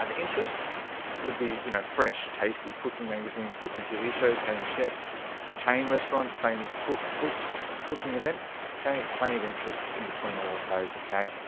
um interests would be you know fresh tasty cooking magazines cooking tv shows famous chefs chain restaurants famous cookbooks cooking events okay, plenty of interests in between all of those. okay?